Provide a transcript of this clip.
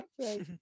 Right